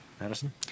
Madison